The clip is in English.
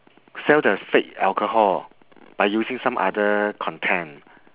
sell the fake alcohol by using some other content